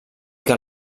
que